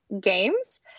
games